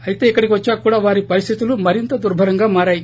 అయితే ఇక్కడికి వద్చాక కూడా వారి పరిస్దితులు మరింత దుర్బరంగా మారాయి